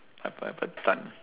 I've ever done